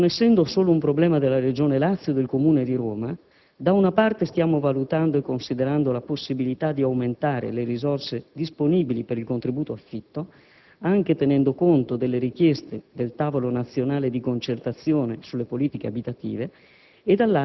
Non essendo solo un problema della Regione Lazio e del Comune di Roma, da una parte stiamo valutando e considerando la possibilità di aumentare le risorse disponibili per il contributo affitto, anche tenendo conto delle richieste del tavolo nazionale di concertazione sulle politiche abitative,